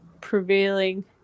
prevailing